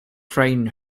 frighten